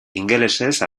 ingelesez